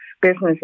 businesses